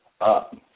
up